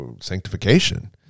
Sanctification